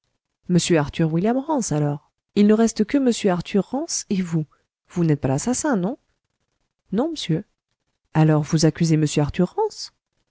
mr arthur william rance alors il ne reste que mr arthur rance et vous vous n'êtes pas l'assassin non non m'sieur alors vous accusez mr arthur rance